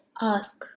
ask